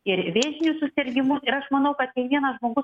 ir vėžinių susirgimų ir aš manau kad kiekvienas žmogus